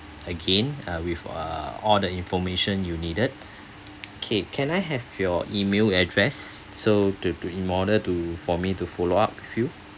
again uh with uh all the information you needed okay can I have your email address so to to in order to for me to follow up with you